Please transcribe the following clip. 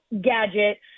gadget